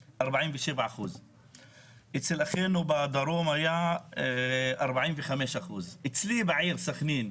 47%. אצל אחינו בדרום היה 45%. אצלי בעיר סכנין,